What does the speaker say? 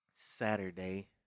Saturday